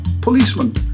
policeman